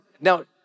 now